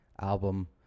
album